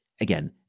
again